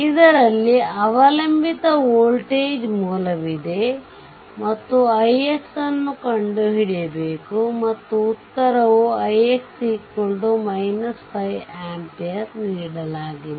ಇದರಲ್ಲಿ ಅವಲಂಬಿತ ವೋಲ್ಟೇಜ್ ಮೂಲವಿದೆ ಮತ್ತು ix ನ್ನು ಕಂಡುಹಿಡಿಯಬೇಕು ಮತ್ತು ಉತ್ತರವನ್ನು ix 5 ಆಂಪಿಯರ್ ನೀಡಲಾಗಿದೆ